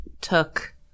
took